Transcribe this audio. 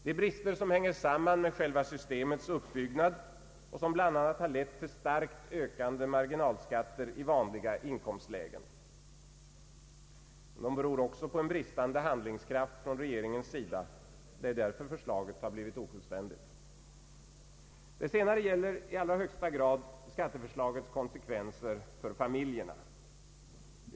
Det är brister som hänger samman med själva systemets uppbyggnad och som bl.a. lett till starkt ökande marginalskatter i vanliga inkomstlägen. Men bristerna beror också på en bristande handlingskraft från regeringens sida — därför har förslaget blivit ofullständigt. Det senare gäller i allra högsta grad skatteförslagets konsekvenser för familjerna.